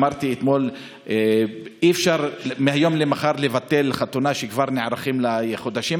אמרתי אתמול: אי-אפשר מהיום למחר לבטל חתונה שכבר נערכים לה חודשים.